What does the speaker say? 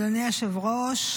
אדוני היושב-ראש,